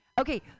Okay